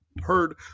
heard